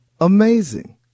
Amazing